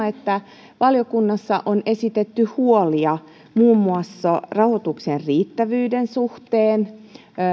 että valiokunnassa on esitetty huolia muun muassa rahoituksen riittävyyden suhteen